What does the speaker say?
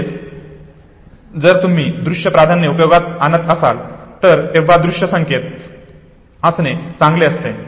म्हणजेच जर तुम्ही दृश्य प्राधान्य उपयोगात आणत असाल तर तेव्हा दृश्य संकेत असणे चांगले असते